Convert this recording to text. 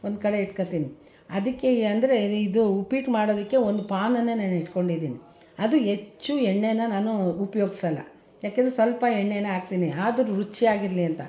ಒಂದು ಕಡೆ ಇಟ್ಕೊಳ್ತೀನಿ ಅದಕ್ಕೆ ಅಂದರೆ ಇದು ಉಪ್ಪಿಟ್ಟು ಮಾಡೋದಕ್ಕೆ ಒಂದು ಪಾನನ್ನು ನಾನು ಇಟ್ಕೊಂಡಿದ್ದೀನಿ ಅದು ಹೆಚ್ಚು ಎಣ್ಣೆನ ನಾನು ಉಪಯೋಗಿಸಲ್ಲ ಯಾಕೆಂದರೆ ಸ್ವಲ್ಪ ಎಣ್ಣೆನ ಹಾಕ್ತೀನಿ ಆದ್ರೂ ರುಚಿಯಾಗಿರಲಿ ಅಂತ